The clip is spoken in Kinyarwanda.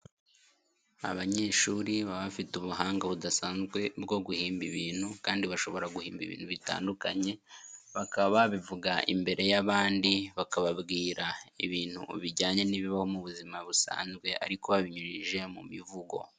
Abanyeshuri baba bafite ubuhanga budasanzwe bwo guhimba ibintu kandi bashobora guhimba ibintu bitandukanye, bakaba babivuga imbere y'abandi, bakababwira ibintu bijyanye n'ibibaho mu buzima busanzwe ariko babinyujije mu mivugo.